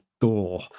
door